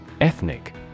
Ethnic